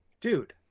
dude